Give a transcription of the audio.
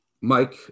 Mike